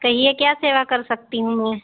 कहिए क्या सेवा कर सकती हूँ मैं